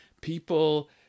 people